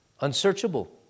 unsearchable